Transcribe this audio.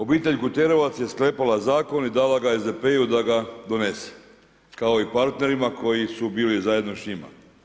Obitelj Kuterovac je sklepala zakon i dala ga je SDP-u da ga donese kao i partnerima koji su bili zajedno s njima.